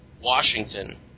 Washington